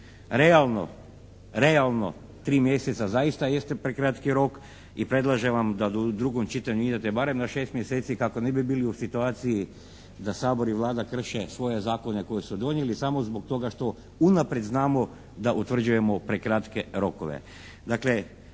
rokove. Realno 3 mjeseca zaista jeste prekratki rok i predlažem vam da u drugom čitanju idete barem na 6 mjeseci kako ne bi bili u situaciji da Sabor i Vlada krše svoje zakone koje su donijeli samo zbog toga što unaprijed znamo da utvrđujemo prekratke rokove.